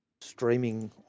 streaming